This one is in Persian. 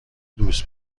دوست